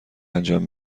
انجام